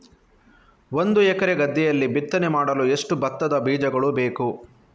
ಒಂದು ಎಕರೆ ಗದ್ದೆಯಲ್ಲಿ ಬಿತ್ತನೆ ಮಾಡಲು ಎಷ್ಟು ಭತ್ತದ ಬೀಜಗಳು ಬೇಕು?